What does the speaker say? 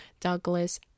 Douglas